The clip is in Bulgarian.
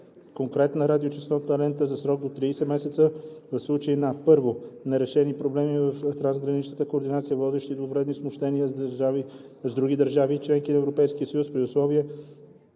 конкретна радиочестотна лента за срок до 30 месеца в случай на: 1. нерешени проблеми с трансграничната координация, водещи до вредни смущения с други държави – членки на Европейския съюз, при условие